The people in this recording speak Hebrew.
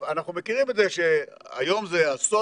אנחנו מכירים את זה שהיום זה הסולר,